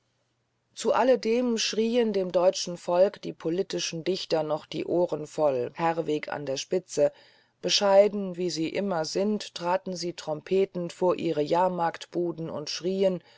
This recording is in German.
zu alledem schrien dem deutschen volk die politischen dichter noch die ohren voll herwegh an der spitze bescheiden wie sie immer sind traten sie trompetend vor ihre jahrmarktsbude und schrien